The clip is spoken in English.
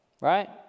right